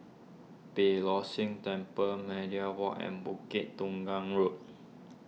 Beeh Low See Temple Media Walk and Bukit Tunggal Road